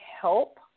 help